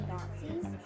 Nazis